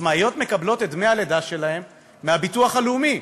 עצמאיות מקבלות את דמי הלידה שלהן מהביטוח הלאומי,